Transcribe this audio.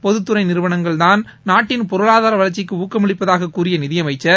பொதுத்துறை நிறுவனங்கள் தான் நாட்டின் பொருளாதார வளர்ச்சிக்கு ஊக்கமளிப்பதாக கூறிய நிகியமைச்சர்